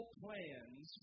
plans